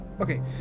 Okay